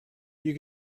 you